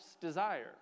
desire